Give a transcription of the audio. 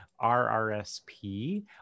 RRSP